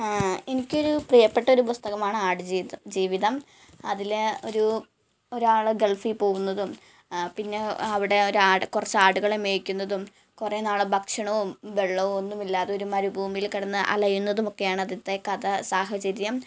എനിക്ക് ഒരു പ്രിയപ്പെട്ട ഒരു പുസ്തകമാണ് ആടുജീതം ജീവിതം അതിൽ ഒരു ഒരാൾ ഗൾഫിൽ പോകുന്നതും പിന്നെ അവിടെ ഒരു ആട് കുറച്ച് ആടുകളെ മേയ്ക്കുന്നതും കുറേ നാൾ ഭക്ഷണവും വെള്ളവും ഒന്നുമില്ലാതെ ഒരു മരുഭൂമിയിൽ കിടന്ന് അലയുന്നതുമൊക്കെയാണ് അതിലത്തെ കഥാ സാഹചര്യം